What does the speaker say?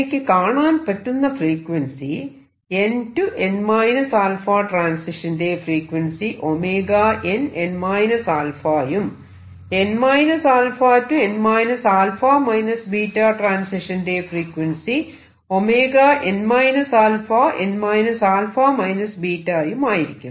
എനിക്ക് കാണാൻ പറ്റുന്ന ഫ്രീക്വൻസി n → n 𝜶 ട്രാന്സിഷന്റെ ഫ്രീക്വൻസി nn α ഉം n 𝜶 → n 𝜶 ꞵ ട്രാന്സിഷന്റെ ഫ്രീക്വൻസി n α n α β യുമായിരിക്കും